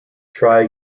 try